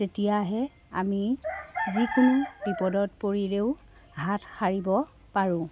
তেতিয়াহে আমি যিকোনো বিপদত পৰিলেও হাত সাৰিব পাৰোঁ